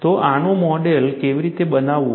તો આનું મોડેલ કેવી રીતે બનાવવું